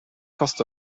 cost